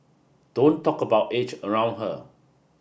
don't talk about age around her